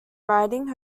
writing